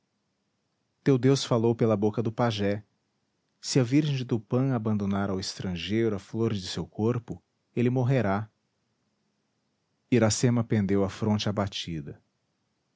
teu deus falou pela boca do pajé se a virgem de tupã abandonar ao estrangeiro a flor de seu corpo ele morrerá iracema pendeu a fronte abatida